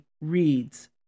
reads